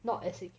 not as in